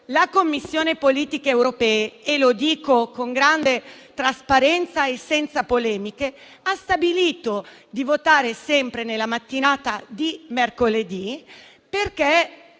la Commissione politiche dell'Unione europea - lo dico con grande trasparenza e senza polemiche - ha stabilito di votare sempre nella mattinata di mercoledì, con